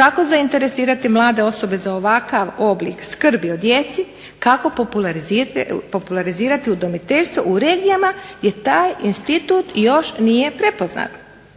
kako zainteresirati mlade osobe za ovakav oblik skrbi o djecu, kako popularizirati udomiteljstvo u regijama jer taj institut još nije prepoznat?